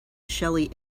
shelly